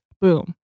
Boom